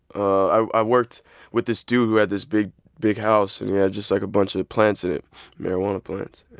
i worked with this dude who had this big big house. and he yeah had just like a bunch of of plants in it marijuana plants